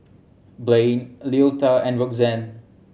Blain Leota and Roxanne